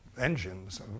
engines